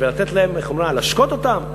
ולהשקות אותם,